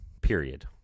period